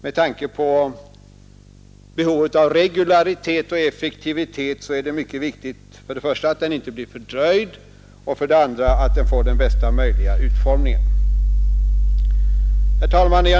Med tanke på behovet av regularitet och effektivitet är det mycket viktigt för det första att den inte blir fördröjd och för det andra att den får den bästa möjliga utformningen. Fru talman!